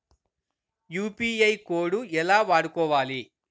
UPI code ఎలా వాడుకోవాలి?